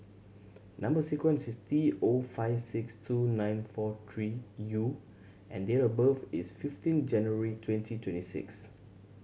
number sequence is T O five six two nine four three U and date of birth is fifteen January twenty twenty six